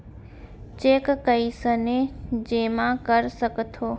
Cheque कईसने जेमा कर सकथो?